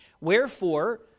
Wherefore